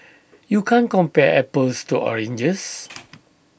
you can't compare apples to oranges